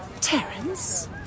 Terence